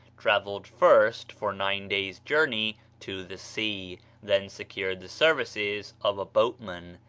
travelled first, for nine days' journey, to the sea then secured the services of a boatman,